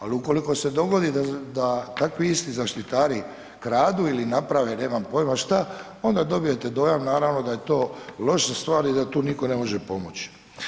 Ali ukoliko se dogodi da takvi isti zaštitari kradu ili naprave nemam pojma šta onda dobijete dojam naravno da je to loša stvar i da tu nitko ne može pomoći.